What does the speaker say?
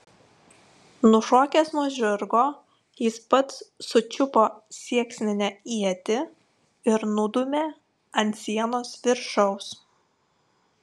nušokęs nuo žirgo jis pats sučiupo sieksninę ietį ir nudūmė ant sienos viršaus